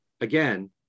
again